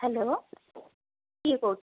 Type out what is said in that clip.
hello କିଏ କହୁଛ